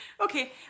Okay